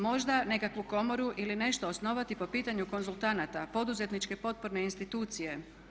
Možda nekakvu komoru ili nešto osnovati po pitanju konzultanata, poduzetničke potporne institucije.